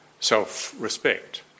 Self-respect